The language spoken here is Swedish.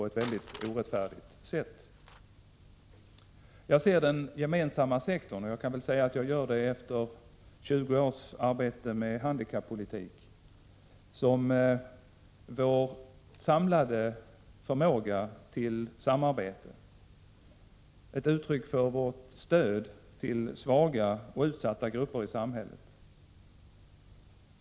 Efter 20 års arbete med handikappolitik ser jag den gemensamma sektorn som vår samlade förmåga till samarbete och som ett uttryck för vårt stöd till svaga och utsatta grupper i samhället.